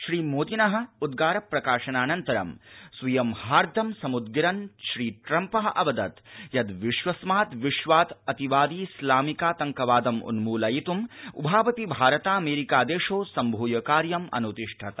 श्रीमोदिन उद्गार प्रकाशनाज्नन्तरं स्वीयं हार्द सम्दगिरन ट्रम्प अवदत यद विश्वस्माद् विश्वाद् अतिवादि इस्लामिकातंक वादम उन्मूलयित्म उभावपि भारतामेरिका देशौ सम्भ्य कार्यमन्तिष्ठत